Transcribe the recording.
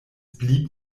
blieb